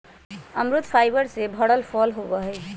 अमरुद फाइबर से भरल फल होबा हई